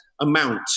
amount